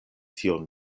tion